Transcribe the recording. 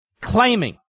claiming